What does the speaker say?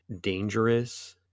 dangerous